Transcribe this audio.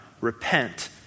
repent